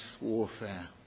warfare